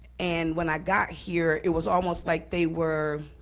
and when i got here, it was almost like they were